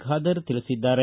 ಖಾದರ್ ತಿಳಿಸಿದ್ದಾರೆ